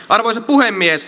arvoisa puhemies